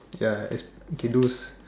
ya es~ okay those